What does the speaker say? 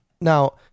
Now